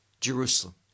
jerusalem